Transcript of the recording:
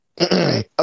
Okay